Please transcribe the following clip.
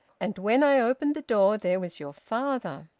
and when i opened the door, there was your father.